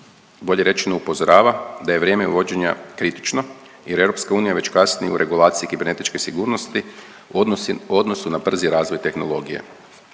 bolje rečeno upozorava, da je vrijeme vođenja kritično jer EU kasni u regulaciji kibernetičke sigurnosti u odnosu na brzi razvoj tehnologije.